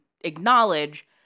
acknowledge